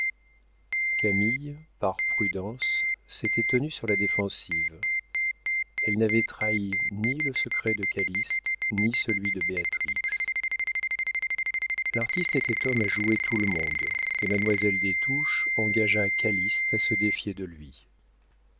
camille par prudence s'était tenue sur la défensive elle n'avait trahi ni le secret de calyste ni celui de béatrix l'artiste était homme à jouer tout le monde et mademoiselle des touches engagea calyste à se défier de lui